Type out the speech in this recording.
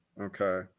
Okay